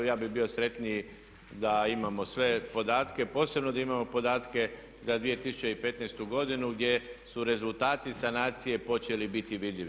Ja bih bio sretniji da imamo sve podatke, posebno da imamo podatke za 2015. godinu gdje su rezultati sanacije počeli biti vidljivi.